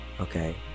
okay